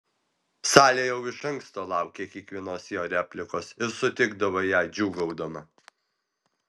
salė jau iš anksto laukė kiekvienos jo replikos ir sutikdavo ją džiūgaudama